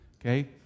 okay